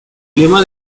lema